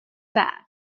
bag